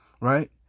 right